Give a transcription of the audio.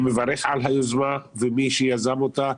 אני מברך על היוזמה ואת מי שיזם אותה,